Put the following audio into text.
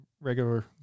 regular